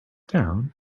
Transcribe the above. down